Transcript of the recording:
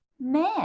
men